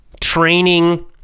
training